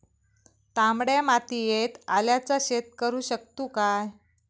तामड्या मातयेत आल्याचा शेत करु शकतू काय?